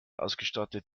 ausgestattet